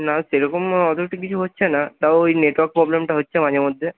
না সেরকম অসুবিধা কিছু হচ্ছে না তাও ওই নেটওয়ার্ক প্রবলেমটা হচ্ছে মাঝে মধ্যে